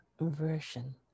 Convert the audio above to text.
version